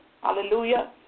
Hallelujah